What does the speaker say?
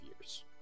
years